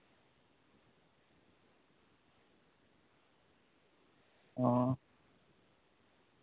ᱚᱸᱻ